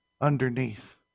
underneath